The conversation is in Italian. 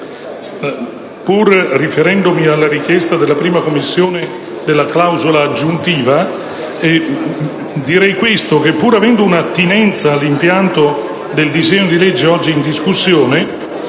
pur riferendomi alla richiesta della 1a Commissione della clausola aggiuntiva e pur avendo esso un'attinenza con l'impianto del disegno di legge oggi in discussione,